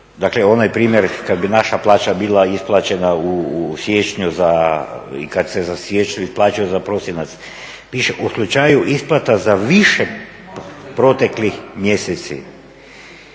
dakle onaj primjer kad bi naša plaća bila isplaćena u siječnju i kad se u siječnju isplaćuju za prosinac. Piše u slučaju isplata za više proteklih mjeseci.